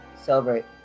Celebrate